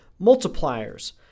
*Multipliers